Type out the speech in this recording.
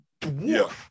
dwarf